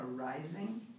arising